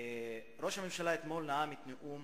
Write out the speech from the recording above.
ראש הממשלה נאם אתמול את נאום